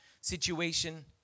situation